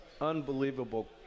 unbelievable